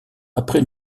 après